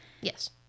Yes